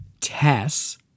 Tess